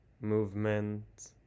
movement